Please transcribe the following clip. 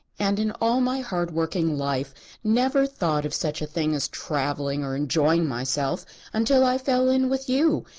and in all my hard working life never thought of such a thing as travelling or enjoying myself until i fell in with you,